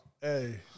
Hey